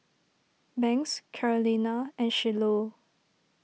Banks Carolina and Shiloh